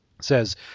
says